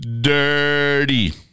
dirty